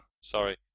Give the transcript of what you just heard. Sorry